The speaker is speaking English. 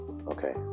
Okay